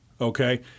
okay